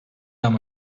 ama